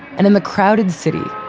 and in the crowded city,